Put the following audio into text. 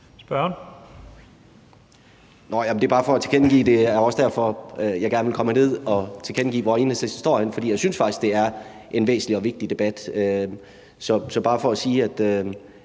(EL): Det er bare for at sige, at det også er derfor, jeg gerne ville komme herned og tilkendegive, hvor Enhedslisten står, for jeg synes faktisk, det er en væsentlig og vigtig debat. Så det er bare for at sige, at